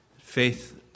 faith